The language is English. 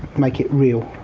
make it real.